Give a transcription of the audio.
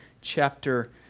chapter